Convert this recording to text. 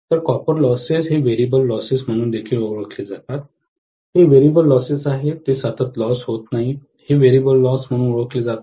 तर copper losses हे variable losses म्हणून देखील ओळखले जातात हे व्हेरिएबल लॉसेस आहेत ते सतत लॉस होत नाहीत हे व्हेरिएबल लॉस म्हणून ओळखले जातात